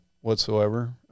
whatsoever